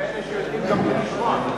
יש כאלה שיודעים גם בלי לשמוע.